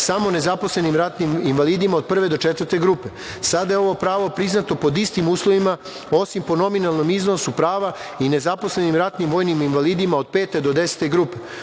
samo nezaposlenim ratnim invalidima od prve do četvrte grupe. Sada je ovo pravo priznato pod istim uslovima osim po nominalnom iznosu prava i nezaposlenim ratnim vojnim invalidima od pete do desete grupe.